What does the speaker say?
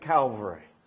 Calvary